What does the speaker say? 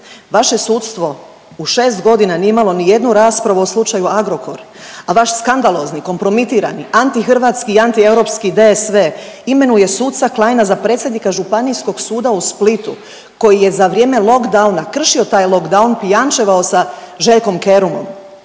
Vaše sudstvo u šest godina nije imalo ni jednu raspravu o slučaju Agrokor, a vaš skandalozni, kompromitirani, antihrvatski i antieuropski DSV imenuje suca Kleina za predsjednika Županijskog suda u Splitu koji je za vrijeme lockdowna kršio taj lockdown, pijančevao sa Željkom Kerumom.